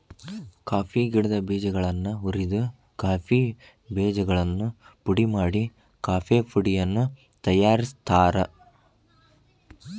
coffee ಗಿಡದ ಬೇಜಗಳನ್ನ ಹುರಿದ ಕಾಫಿ ಬೇಜಗಳನ್ನು ಪುಡಿ ಮಾಡಿ ಕಾಫೇಪುಡಿಯನ್ನು ತಯಾರ್ಸಾತಾರ